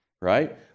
Right